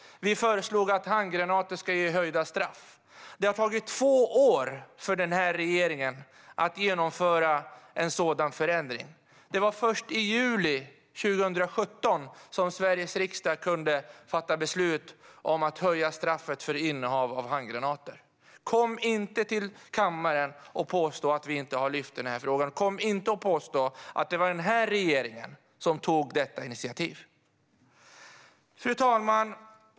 Vi föreslog att handgranater ska ge höjda straff. Det har tagit två år för regeringen att genomföra en sådan förändring. Det var först i juni 2017 som Sveriges riksdag kunde fatta beslut om att höja straffet för innehav av handgranater. Kom inte till kammaren och påstå att vi inte har lyft frågan! Kom inte och påstå att det var denna regering som tog detta initiativ! Fru talman!